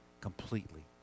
completely